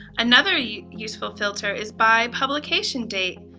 another yeah useful filter is by publication date.